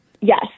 Yes